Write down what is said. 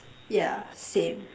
yeah same